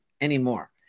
anymore